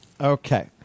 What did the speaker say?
Okay